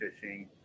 fishing